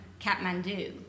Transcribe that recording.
Kathmandu